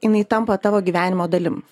jinai tampa tavo gyvenimo dalim